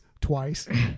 twice